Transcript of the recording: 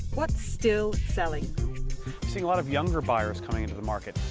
what's still selling? a lot of younger buyers coming into the market,